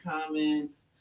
comments